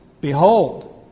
Behold